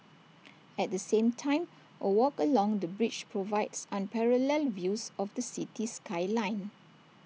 at the same time A walk along the bridge provides unparalleled views of the city skyline